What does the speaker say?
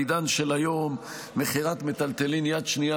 בעידן של היום מכירת מיטלטלין יד שנייה